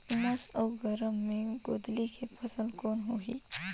उमस अउ गरम मे गोंदली के फसल कौन होही?